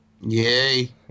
Yay